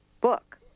book